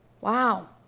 Wow